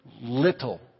little